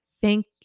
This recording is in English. thank